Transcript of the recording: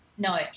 No